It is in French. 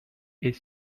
est